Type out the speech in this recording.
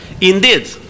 Indeed